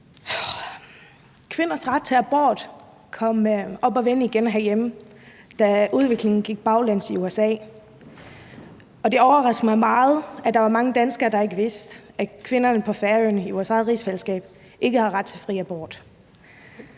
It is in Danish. Kvinders ret til abort kom op at vende igen herhjemme, da udviklingen gik baglæns i USA, og det overraskede mig meget, at der var mange danskere, der ikke vidste, at kvinderne på Færøerne, altså i vores